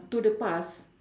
to the past